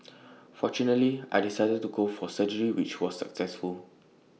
fortunately I decided to go for surgery which was successful